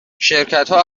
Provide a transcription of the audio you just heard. شرکتها